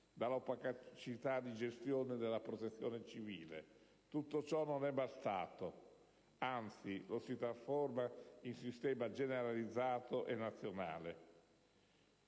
dall'opacità di gestione della Protezione civile. Tutto ciò non è bastato, ma anzi si trasforma in sistema generalizzato e nazionale.